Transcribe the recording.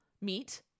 meat